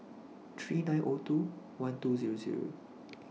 three nine two one two